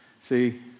See